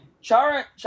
Chara